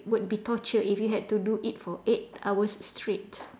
would be torture if you had to do it for eight hours straight